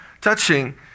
touching